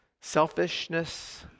selfishness